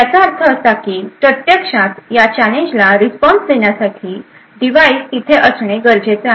याचा अर्थ असा की प्रत्यक्षात या चॅलेंजला रिस्पॉन्स देण्यासाठी डिव्हाइस तिथे असणे गरजेचे आहे